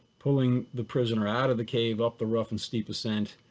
pulling the prisoner out of the cave up the rough and steep ascent.